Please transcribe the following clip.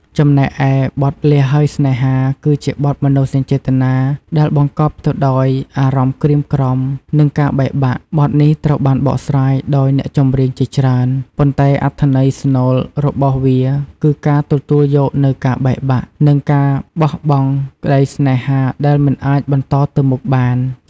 ចំណែកឯបទលាហើយស្នេហា គឺជាបទមនោសញ្ចេតនាដែលបង្កប់ទៅដោយអារម្មណ៍ក្រៀមក្រំ និងការបែកបាក់ បទនេះត្រូវបានបកស្រាយដោយអ្នកចម្រៀងជាច្រើន ប៉ុន្តែអត្ថន័យស្នូលរបស់វាគឺការទទួលយកនូវការបែកបាក់ និងការបោះបង់ក្តីស្នេហាដែលមិនអាចបន្តទៅមុខបាន។